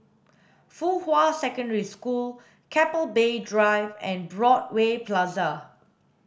Fuhua Secondary School Keppel Bay Drive and Broadway Plaza